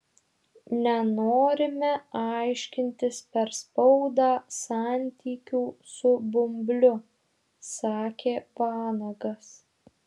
nenorime aiškintis per spaudą santykių su bumbliu sakė vanagas